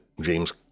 James